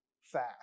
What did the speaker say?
fast